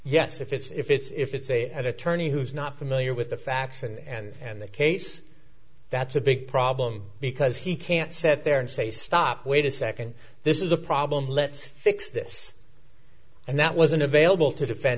yes if it's if it's if it's a an attorney who's not familiar with the facts and the case that's a big problem because he can't set there and say stop wait a second this is a problem let's fix this and that wasn't available to defend